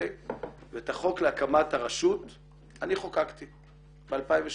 ואת החוק להקמת הרשות אני חוקקתי ב-2008.